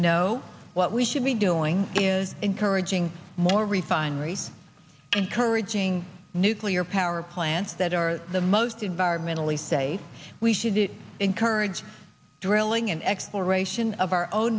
know what we should be doing is encouraging more refineries encouraging nuclear power plants that are the most environmentally safe we should encourage drilling and exploration of our own